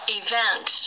event